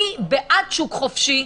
אני בעד שוק חופשי,